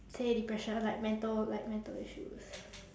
say depression like mental like mental issues